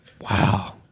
Wow